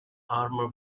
armor